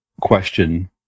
question